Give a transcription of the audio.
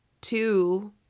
two